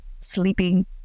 sleeping